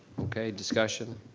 okay, discussion.